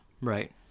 Right